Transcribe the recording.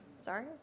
Sorry